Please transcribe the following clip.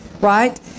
right